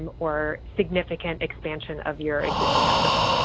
and or significant expansion of your existing efforts.